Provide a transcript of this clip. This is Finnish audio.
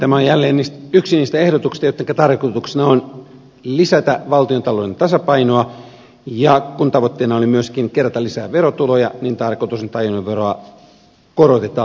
tämä on jälleen yksi niistä ehdotuksista joittenka tarkoituksena on lisätä valtiontalouden tasapainoa ja kun tavoitteena oli myöskin kerätä lisää verotuloja niin tarkoitus on että ajoneuvoveroa korotetaan